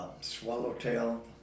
swallowtail